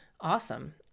awesome